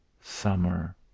summer